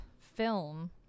film